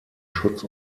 schutz